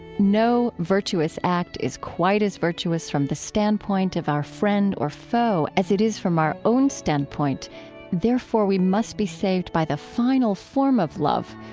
no virtuous act is quite as virtuous from the standpoint of our friend or foe as it is from our own standpoint therefore, we must be saved by the final form of love,